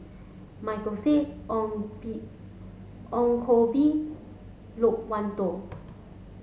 Michael Seet Ong Bee Ong Koh Bee Loke Wan Tho